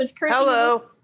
Hello